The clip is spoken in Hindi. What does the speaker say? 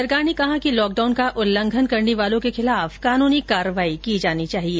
सरकार ने कहा कि लॉकडाउन का उल्लंघन करने वालों के खिलाफ कानूनी कार्रवाई की जानी चाहिए